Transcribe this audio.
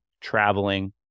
traveling